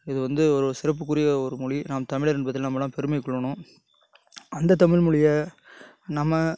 இது வந்து ஒரு சிறப்புக்குரிய ஒரு மொழி நாம் தமிழர் என்பது நம்மள்லாம் பெருமை கொள்ளணும் அந்த தமிழ்மொழியை நம்ம